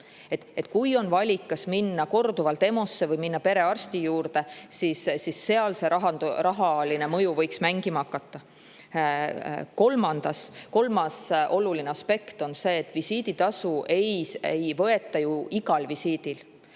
Kui on valik, kas minna korduvalt EMO-sse või minna perearsti juurde, siis seal see rahaline mõju võiks mängima hakata. Kolmas oluline aspekt on see, et visiiditasu ei võeta ju igal visiidil.